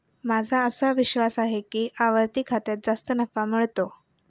माझा असा विश्वास आहे की आवर्ती खात्यात जास्त नफा मिळतो